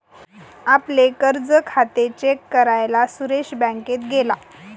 आपले कर्ज खाते चेक करायला सुरेश बँकेत गेला